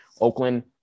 Oakland